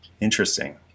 Interesting